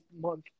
month